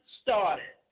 started